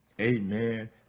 amen